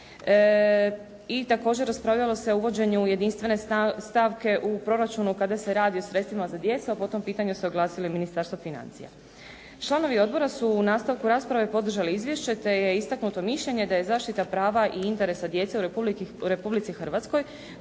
i također raspravljalo se u uvođenju jedinstvene stavke u proračunu kada se radi o sredstvima za djecu, a po tom pitanju se oglasilo i Ministarstvo financija. Članovi odbora su u nastavku rasprave podržali izvješće te je istaknuto mišljenje da je zaštita prava i interesa djece u Republici Hrvatskoj